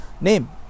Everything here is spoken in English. name